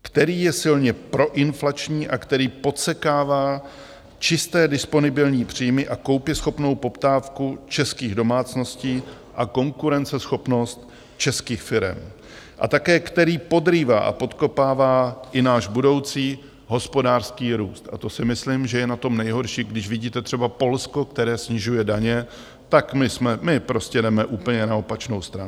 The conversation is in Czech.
Který je silně proinflační a který podsekává čisté disponibilní příjmy a koupěschopnou poptávku českých domácností a konkurenceschopnost českých firem, a také který podrývá a podkopává i náš budoucí hospodářský růst, a to si myslím, že je na tom nejhorší, když vidíte třeba Polsko, které snižuje daně, tak my prostě jdeme úplně na opačnou stranu.